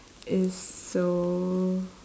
is so